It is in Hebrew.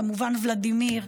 כמובן ולדימיר,